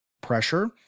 pressure